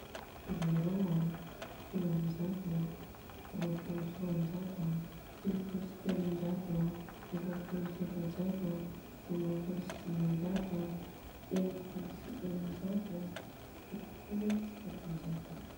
Zerô an, folo amin'ny zato an, rôpolo sy rônjato an, telopolo sy telonjato an, efapolo sy efajato an, dimampolo sy dimanjato an, enimpolo sy eninjato an, fitopolo sy fitonjato.